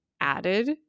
added